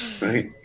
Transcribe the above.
Right